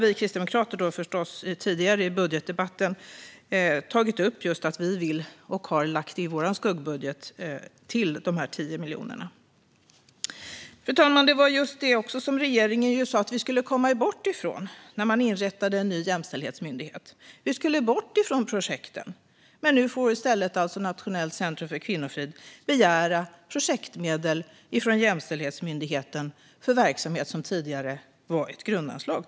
Vi kristdemokrater har förstås tidigare i budgetdebatten angett att vi vill tillföra dessa 10 miljoner kronor och har gjort det i vår skuggbudget. Fru talman! Det var just detta som regeringen sa att vi skulle komma bort från när en ny jämställdhetsmyndighet inrättades, alltså att vi skulle bort från projekten. Men nu får alltså Nationellt centrum för kvinnofrid begära projektmedel från Jämställdhetsmyndigheten för verksamhet som tidigare fick ett grundanslag.